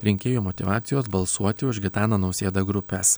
rinkėjų motyvacijos balsuoti už gitaną nausėdą grupes